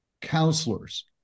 counselors